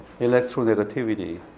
electronegativity